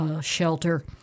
shelter